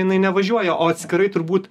jinai nevažiuoja o atskirai turbūt